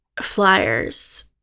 Flyers